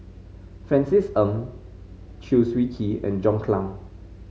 Francis Ng Chew Swee Kee and John Clang